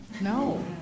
No